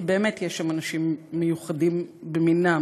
כי באמת יש שם אנשים מיוחדים במינם,